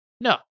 No